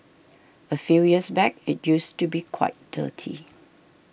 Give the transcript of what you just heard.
a few years back it used to be quite dirty